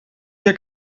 hier